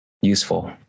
useful